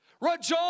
Rejoice